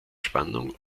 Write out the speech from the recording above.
spannung